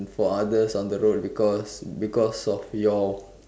for others on the road because because of your